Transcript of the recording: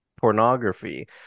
pornography